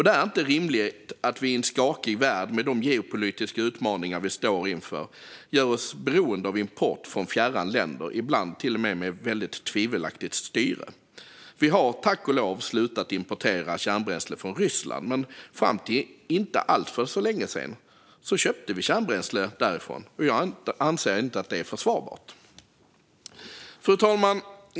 Det är inte rimligt att vi i en skakig värld med de geopolitiska utmaningar vi står inför ska göra oss beroende av import från fjärran länder, ibland med tvivelaktigt styre. Vi har tack och lov slutat att importera kärnbränsle från Ryssland, men fram till för inte alls länge sedan köpte vi bränsle därifrån. Det anser jag inte är försvarbart. Fru talman!